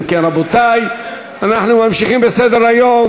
אם כן, רבותי, אנחנו ממשיכים בסדר-היום.